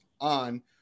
on